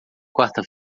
quarta